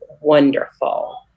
wonderful